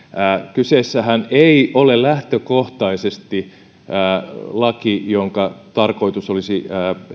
kyseessähän ei ole lähtökohtaisesti laki jonka tarkoitus olisi